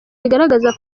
bigaragaza